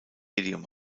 stadium